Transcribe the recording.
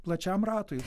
plačiam ratui